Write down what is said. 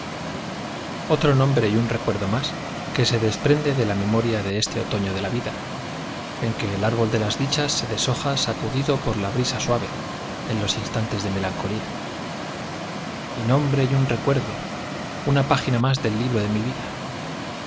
otro nombre y un recuerdo más que se desprende de la memoria en este otoño de la vida en que el la brisa árbol de las dichas se deshoja sacudido por suave en los instantes de melancolía u n nombre y un recuerdo más del libro de mi vida